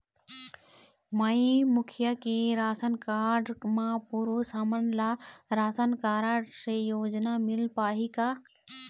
माई मुखिया के ration card म पुरुष हमन ला राशन कारड से योजना मिल पाही का?